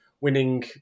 winning